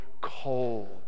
cold